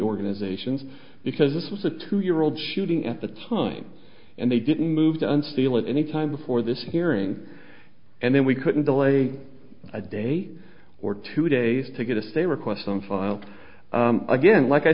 organizations because this was a two year old shooting at the time and they didn't move didn't steal it any time before this hearing and then we couldn't delay a day or two days to get a say request on file again like i